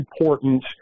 important